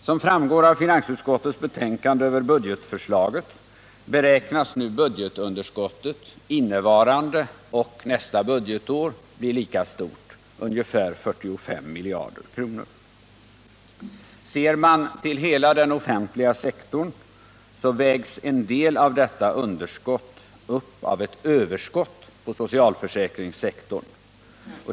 Som framgår av finansutskottets betänkande över budgetförslaget beräknas nu budgetunderskottet innevarande och nästa budgetår bli lika stort — ungefär 45 miljarder kronor. Ser man till hela den offentliga sektorn vägs en del av detta underskott upp av ett överskott på socialförsäkringssektorn.